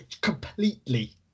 Completely